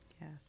Yes